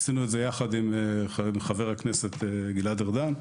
עשינו את זה יחד עם חבר הכנסת גלעד ארדן,